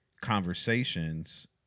conversations